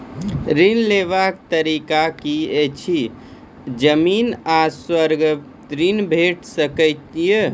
ऋण लेवाक तरीका की ऐछि? जमीन आ स्वर्ण ऋण भेट सकै ये?